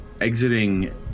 Exiting